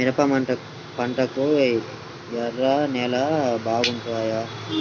మిరప పంటకు ఎర్ర నేలలు బాగుంటాయా?